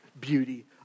beauty